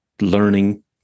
learning